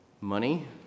money